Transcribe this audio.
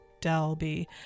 dalby